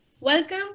Welcome